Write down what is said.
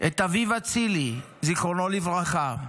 את אביב אצילי, זיכרונו לברכה,